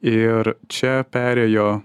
ir čia perėjo